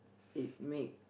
it make